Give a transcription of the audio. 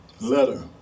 letter